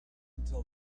until